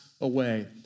away